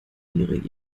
ihren